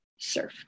surfed